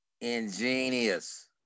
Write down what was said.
ingenious